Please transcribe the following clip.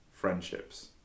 friendships